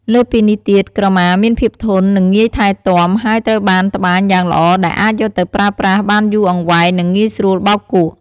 លើសពីនេះទៀតក្រមាមានភាពធន់ និងងាយថែទាំ ហើយត្រូវបានត្បាញយ៉ាងល្អដែលអាចយកទៅប្រើប្រាស់បានយូរអង្វែង និងងាយស្រួលបោកគក់។